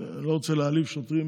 אני לא רוצה להעליב שוטרים,